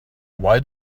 why